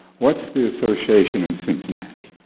what's the association in cincinnati?